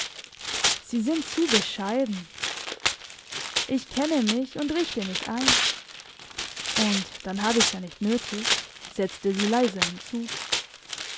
sie sind zu bescheiden ich kenne mich und richte mich ein und dann hab ich's ja nicht nötig setzte sie leiser hinzu